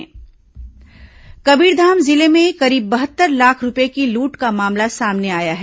brute सम्मान कबीरधाम जिले में करीब बहत्तर लाख रूपये की लूट का मामला सामने आया है